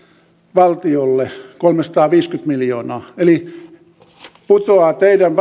valtiolle kolmesataaviisikymmentä miljoonaa eli teidän